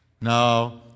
No